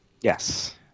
Yes